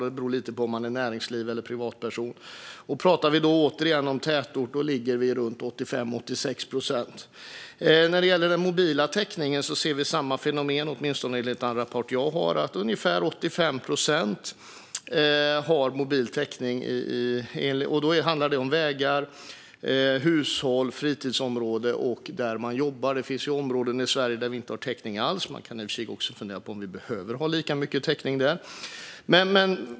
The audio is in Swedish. Det beror lite på om det gäller näringsliv eller privatpersoner. Tittar vi återigen på tätorter kan vi se att det ligger runt 85-86 procent. Vi ser samma fenomen när det gäller den mobila täckningen, åtminstone enligt den rapport jag har. Ungefär 85 procent har mobil täckning. Då handlar det om vägar, hushåll, fritidsområden och där man jobbar. Det finns områden i Sverige där det inte finns någon täckning alls. Man kan i och för sig fundera på om vi behöver ha lika mycket täckning där.